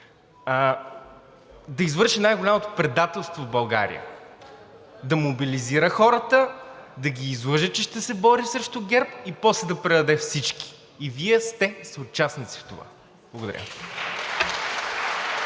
да извърши най-голямото предателство в България – да мобилизира хората, да ги излъже, че ще се бори срещу ГЕРБ, и после да предаде всички, и Вие сте съучастници в това. Благодаря.